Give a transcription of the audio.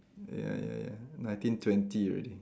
ya ya ya nineteen twenty already